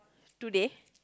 today